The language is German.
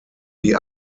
die